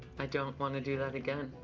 i don't want to do that again.